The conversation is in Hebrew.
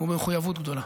ובמחויבות גדולה.